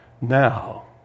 Now